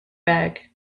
bag